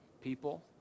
People